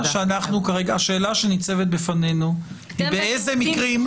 --- השאלה שניצבת בפנינו היא באיזה מקרים --- האם